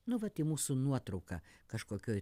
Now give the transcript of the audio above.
nu vat į mūsų nuotrauką kažkokioj